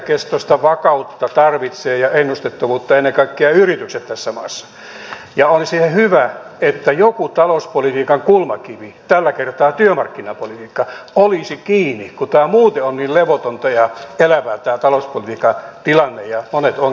pitkäkestoista vakautta ja ennustettavuutta tarvitsevat ennen kaikkea yritykset tässä maassa ja olisi ihan hyvä että joku talouspolitiikan kulmakivi tällä kertaa työmarkkinapolitiikka olisi kiinni kun muuten tämä talouspolitiikan tilanne on niin levotonta ja elävää ja monet ongelmat tulevat eteen